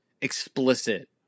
explicit